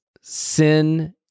sin